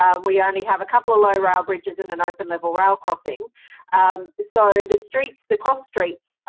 um we only have a couple of low rail bridges and an open level rail crossing so the streets, the cross-streets,